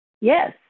yes